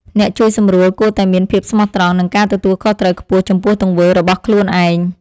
អ្នកជួយសម្រួលគួរតែមានភាពស្មោះត្រង់ និងការទទួលខុសត្រូវខ្ពស់ចំពោះទង្វើរបស់ខ្លួនឯង។